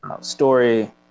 Story